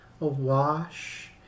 awash